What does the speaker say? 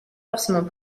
forcément